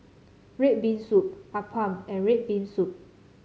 red bean soup appam and red bean soup